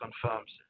confirms